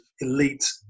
elite